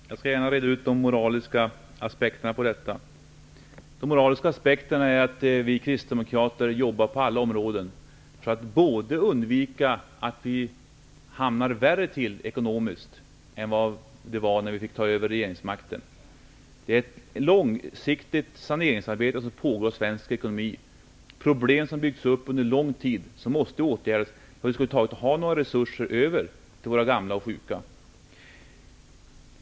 Herr talman! Jag skall gärna reda ut de moraliska aspekterna på detta. De moraliska aspekterna är att vi kristdemokrater jobbar på alla områden för att undvika att den ekonomiska situationen blir värre än den var när vi fick ta över regeringsmakten. Det pågår ett långsiktigt arbete för att sanera svensk ekonomi. De problem som har byggts upp under lång tid måste åtgärdas för att vi skall få resurser över till våra gamla och sjuka.